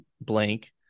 blank